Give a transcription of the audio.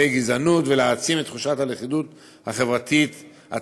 גזענות ולהעצים את תחושת הלכידות החברתית במדינת ישראל,